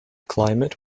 climate